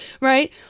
right